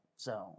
zone